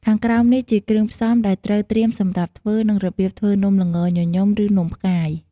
ខាងក្រោមនេះជាគ្រឿងផ្សំដែលត្រូវត្រៀមសម្រាប់ធ្វើ និងរបៀបធ្វើនំល្ងញញឹម ឬនំផ្កាយ។